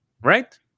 right